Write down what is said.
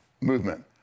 movement